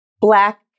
Black